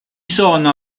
sono